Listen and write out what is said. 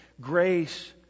grace